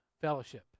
fellowship